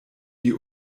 die